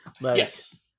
Yes